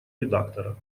редактора